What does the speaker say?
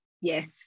Yes